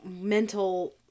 mental